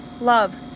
love